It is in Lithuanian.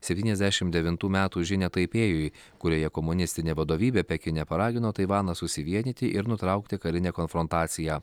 septyniasdešim devintų metų žinią taipėjui kurioje komunistinė vadovybė pekine paragino taivaną susivienyti ir nutraukti karinę konfrontaciją